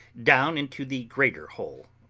down into the greater hole,